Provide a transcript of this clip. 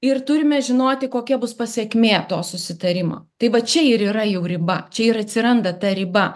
ir turime žinoti kokia bus pasekmė to susitarimo tai va čia ir yra jau riba čia ir atsiranda ta riba